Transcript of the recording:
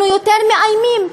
אנחנו יותר מאיימים,